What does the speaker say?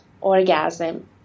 orgasm